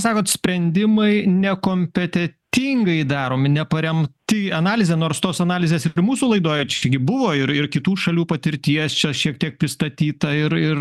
sakot sprendimai nekompetetingai daromi neparemti analizėm nors tos analizės ir mūsų laidoje čia gi buvo ir kitų šalių patirties čia šiek tiek pristatyta ir ir